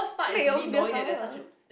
make your own beer tower